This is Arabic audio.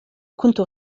كنت